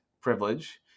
privilege